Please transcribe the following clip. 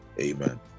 Amen